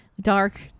Dark